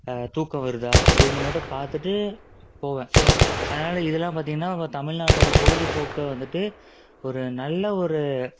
தூக்கம் வருதா அப்படின்னு மட்டும் பார்த்துட்டு போவேன் ஸோ அதனால இதெல்லாம் பார்த்தீங்கன்னா நம்ம தமிழ்நாட்டோட பொழுதுபோக்கா வந்துட்டு ஒரு நல்ல ஒரு